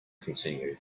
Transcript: continue